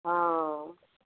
हँ